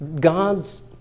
God's